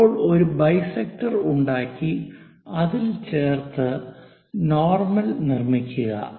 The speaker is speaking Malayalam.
ഇപ്പോൾ ഒരു ബൈസെക്ടർ ഉണ്ടാക്കി അതിൽ ചേർത്ത് നോർമൽ നിർമ്മിക്കുക